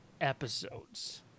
episodes